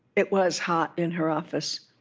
it was hot in her office